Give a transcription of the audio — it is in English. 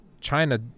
china